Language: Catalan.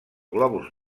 globus